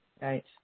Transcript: Right